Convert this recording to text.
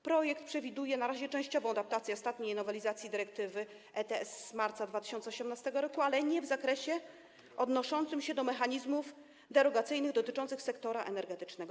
Projekt przewiduje na razie częściową adaptację ostatniej nowelizacji dyrektywy ETS z marca 2018 r., ale nie w zakresie odnoszącym się do mechanizmów derogacyjnych dotyczących sektora energetycznego.